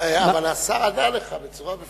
אבל השר ענה לך בצורה מפורשת.